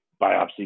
biopsy